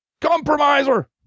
compromiser